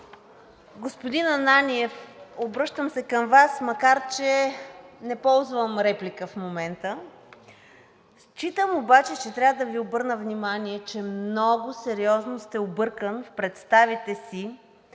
Господин Ананиев, обръщам се към Вас, макар че не ползвам реплика в момента. Трябва да Ви обърна внимание, че много сериозно сте объркан в представите си